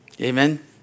Amen